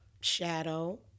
shadow